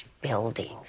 buildings